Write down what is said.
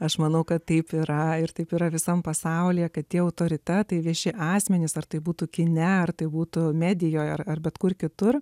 aš manau kad taip yra ir taip yra visam pasaulyje kad tie autoritetai vieši asmenys ar tai būtų kine ar tai būtų medijoje ar bet kur kitur